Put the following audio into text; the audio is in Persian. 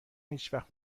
هیچوقت